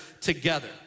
together